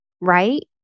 right